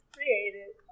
created